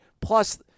Plus